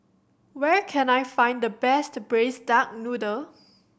where can I find the best Braised Duck Noodle